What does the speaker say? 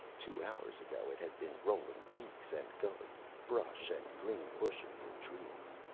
two hours ago it had been rolling peaks and gulleys, brush and green bushes and trees.